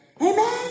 amen